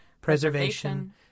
preservation